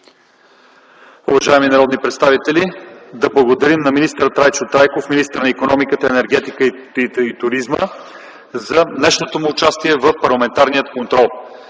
Уважаеми народни представители, да благодарим на Трайчо Трайков – министър на икономиката, енергетиката и туризма, за днешното му участие в парламентарния контрол.